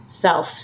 self